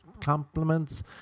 Compliments